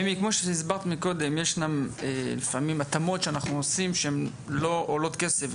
כמו שהסברת מקודם ישנם לפעמים ההתאמות שאנחנו עושים שהם לא עולות כסף,